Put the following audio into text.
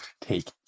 take